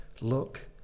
look